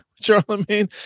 Charlemagne